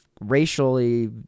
racially